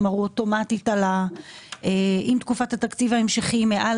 כמו המצב שבו תקופת התקציב ההמשכי הייתה מעל